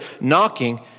knocking